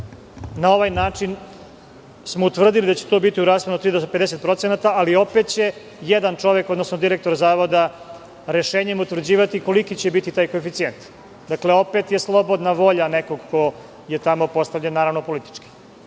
na ovaj način smo utvrdili da će to biti u rasponu od tri do 50%, ali opet će jedan čovek, odnosno direktor Zavoda rešenjem utvrđivati koliki će biti taj koeficijent. Dakle, opet je slobodna volja nekog ko je tamo postavljen, naravno politički.